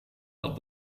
dat